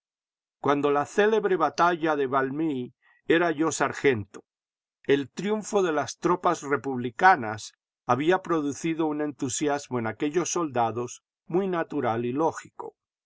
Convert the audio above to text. cuando la célebre batalla de valmy era yo sargento el triunfo de las tropas republicanas había producido un entusiasmo en aquellos soldados muy natural y lógico